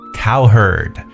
cowherd